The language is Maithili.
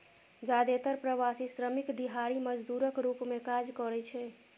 जादेतर प्रवासी श्रमिक दिहाड़ी मजदूरक रूप मे काज करै छै